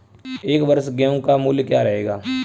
इस वर्ष गेहूँ का मूल्य क्या रहेगा?